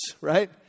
right